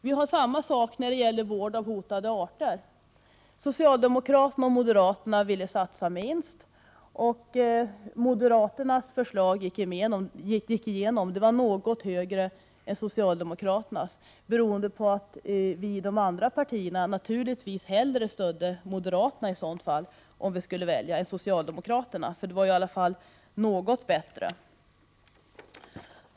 Vi har samma situation när det gäller vård av hotade arter. Socialdemokraterna och moderaterna ville satsa minst, och moderaternas förslag gick igenom på grund av att deras förslag var något högre än socialdemokraternas och att vi i de andra partierna i så fall hellre stödde moderaterna i ett sådant fall. Förslaget var i varje fall något bättre.